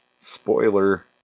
Spoiler